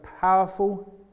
powerful